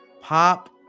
Pop